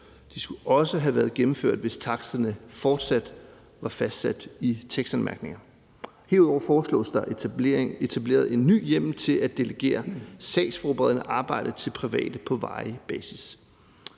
De skulle også have været gennemført, hvis taksterne fortsat var fastsat i tekstanmærkningerne. Herudover foreslås der etableret en ny hjemmel til at delegere sagsforberedende arbejde til private på varig basis.